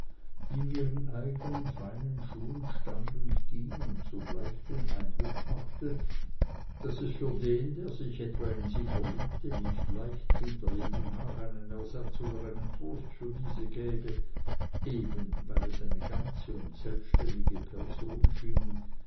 die in ihren eigenen feinen schuhen stand und ging und sogleich den eindruck machte daß es für den der sich etwa in sie verliebte nicht leicht hinter jedem hag einen ersatz oder einen trost für diese gäbe eben weil es eine ganze und selbständige person schien